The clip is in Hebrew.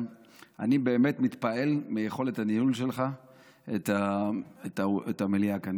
שאני באמת מתפעל מיכולת הניהול שלך את המליאה כאן.